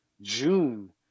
June